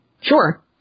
Sure